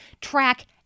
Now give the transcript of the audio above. Track